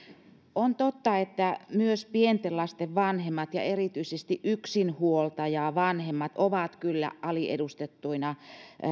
on totta että myös pienten lasten vanhemmat ja erityisesti yksinhuoltajavanhemmat ovat kyllä aliedustettuina